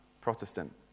Protestant